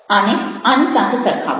આને આની સાથે સરખાવો